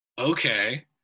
Okay